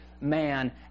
man